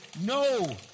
no